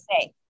say